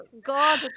God